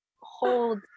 hold